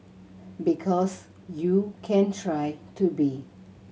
because you can try to be